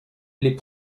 les